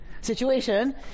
situation